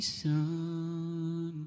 son